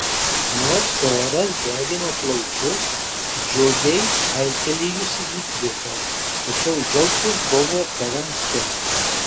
nors oras degino plaučius džiugiai aiktelėjusi įkvėpiau tačiau džiaugtis buvo per anksti